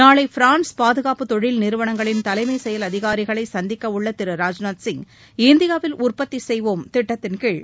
நாளை பிரான்ஸ் பாதுகாப்பு தொழில் நிறுவனங்களின் தலைமைச் செயல் அதிகாரிகளை சந்திக்கவுள்ள திருராஜ்நாத் சிங் இந்தியாவில் உற்பத்தி செய்வோம் திட்டத்தின் கீழ்